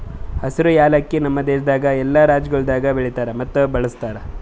ಹಸಿರು ಯಾಲಕ್ಕಿ ನಮ್ ದೇಶದಾಗ್ ಎಲ್ಲಾ ರಾಜ್ಯಗೊಳ್ದಾಗ್ ಬೆಳಿತಾರ್ ಮತ್ತ ಬಳ್ಸತಾರ್